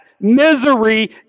misery